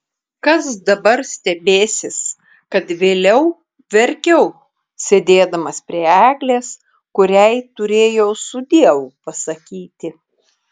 kas dabar stebėsis kad vėliau verkiau sėdėdamas prie eglės kuriai turėjau sudiev pasakyti